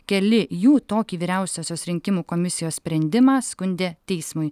keli jų tokį vyriausiosios rinkimų komisijos sprendimą skundė teismui